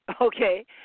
okay